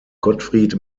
gottfried